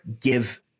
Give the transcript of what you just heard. give